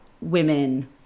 women